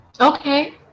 Okay